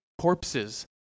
corpses